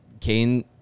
Kane